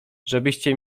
żebyście